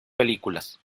películas